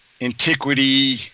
antiquity